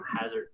hazard